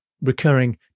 recurring